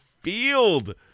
field